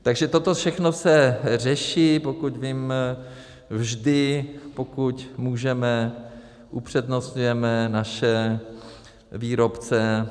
Takže toto všechno se řeší, pokud vím, vždy, pokud můžeme, upřednostňujeme naše výrobce.